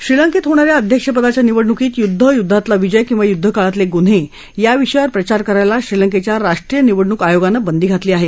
श्रीलंकेत होणाऱ्या अध्यक्ष पदाच्या निवडणुकीत युद्ध युद्धातला विजय किंवा युद्धकाळातले गुन्हे या विषयावर प्रचार करायला श्रीलंकेच्या राष्ट्रीय निवडणूक आयोगानं बंदी घातली आहे